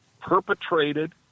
perpetrated